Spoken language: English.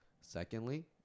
Secondly